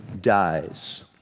dies